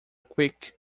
quick